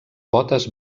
potes